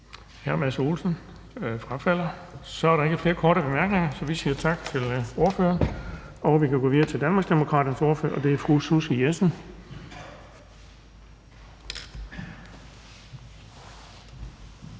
Hr. Mads Olsen. Han frafalder. Så er der ikke flere korte bemærkninger, så vi siger tak til ordføreren. Vi kan gå videre til Danmarksdemokraternes ordfører, og det er fru Susie Jessen.